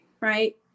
right